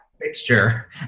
fixture